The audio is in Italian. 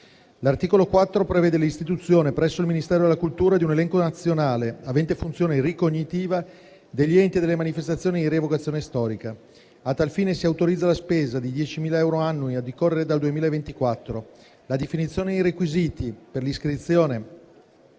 L'articolo 4 prevede l'istituzione, presso il Ministero della cultura, di un elenco nazionale avente funzione ricognitiva degli enti e delle manifestazioni di rievocazione storica. A tal fine si autorizza la spesa di 10.000 euro annui a decorrere dal 2024. La definizione dei requisiti per l'iscrizione